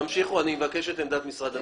אני מבקש את עמדת משרד המשפטים.